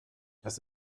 das